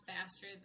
faster